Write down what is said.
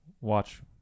watch